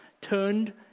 turned